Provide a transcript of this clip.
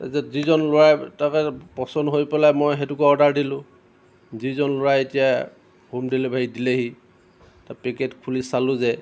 তাৰপিছত যিজন ল'ৰাই তাকে পচন্দ হৈ পেলাই মই সেইটোকে অৰ্ডাৰ দিলোঁ যিজন ল'ৰাই এতিয়া হোম ডেলিভাৰী দিলেহি পেকেট খুলি চালোঁ যে